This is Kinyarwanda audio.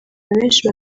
benshi